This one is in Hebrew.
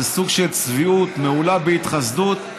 שזה סוג של צביעות מהולה בהתחסדות.